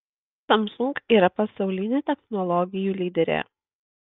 samsung yra pasaulinė technologijų lyderė